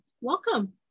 Welcome